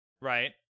right